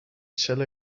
chile